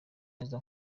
neza